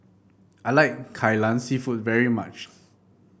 I like Kai Lan seafood very much